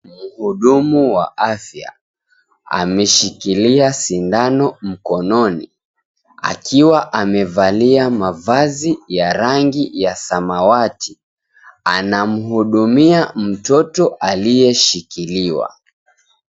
Mhudumu wa afya ameshikilia sindano mkononi akiwa amevalia mavazi ya rangi ya samawati, anamhudumia mtoto aliyeshikiliwa.